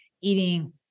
eating